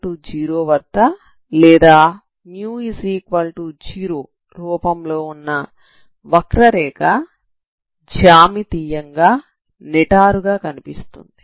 x0 వద్ద లేదా μ0 రూపంలో వున్న వక్రరేఖ జ్యామితీయంగా నిటారుగా కనిపిస్తుంది